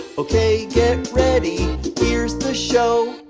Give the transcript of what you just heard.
ok, get ready. here's the show